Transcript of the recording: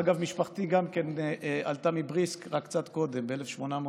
אגב, גם משפחתי עלתה מבריסק, רק קצת קודם, ב-1890.